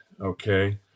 Okay